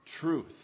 truth